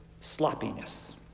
sloppiness